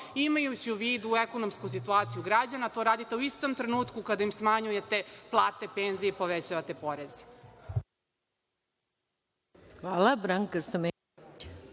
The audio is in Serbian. imajući u vidu ekonomsku situaciju građana, a to radite u istom trenutku kada im smanjujete plate, penzije i povećavate poreze.